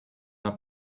are